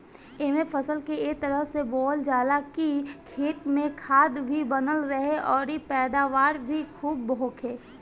एइमे फसल के ए तरह से बोअल जाला की खेत में खाद भी बनल रहे अउरी पैदावार भी खुब होखे